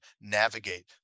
navigate